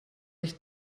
ich